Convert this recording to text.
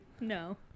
no